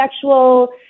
sexual